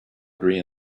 agree